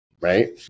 right